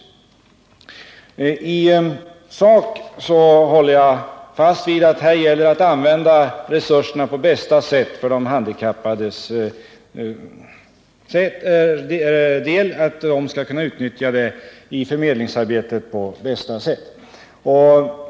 I sak håller jag fast vid att det gäller att samordna resurserna så att de handikappade kan utnyttja förmedlingarna och arbetsmarknadsinstituten på bästa sätt.